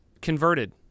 converted